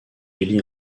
élit